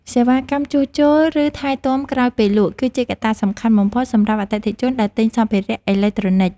សេវាកម្មជួសជុល ឬថែទាំក្រោយពេលលក់ គឺជាកត្តាសំខាន់បំផុតសម្រាប់អតិថិជនដែលទិញសម្ភារៈអេឡិចត្រូនិក។